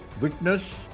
witness